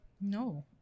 No